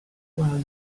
well